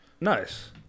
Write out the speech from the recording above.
Nice